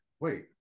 Wait